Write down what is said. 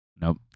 Nope